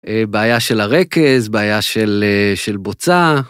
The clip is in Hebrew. בעיה של הרכז, בעיה של בוצה.